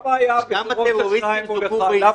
כמה היה ברוב של שניים מול אחד?